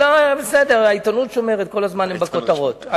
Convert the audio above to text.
העיתונות שומרת, כל הזמן הם בכותרות.